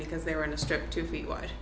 because they were in a step two feet wide